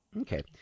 Okay